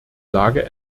lage